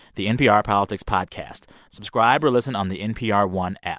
the npr politics podcast subscribe or listen on the npr one app